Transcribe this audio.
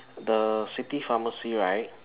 the city pharmacy right